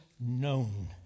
known